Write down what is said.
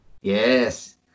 Yes